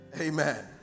Amen